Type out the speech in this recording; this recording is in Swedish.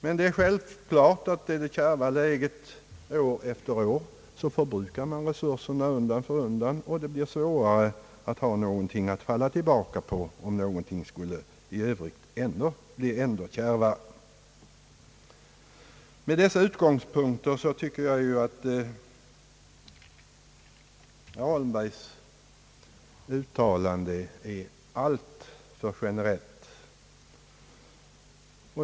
Men är läget kärvt år efter år förbrukas givetvis resurserna undan för undan och det blir allt svårare att ha någonting att falla tillbaka på. Med dessa utgångspunkter tycker jag att herr Holmbergs uttalande är alltför generellt.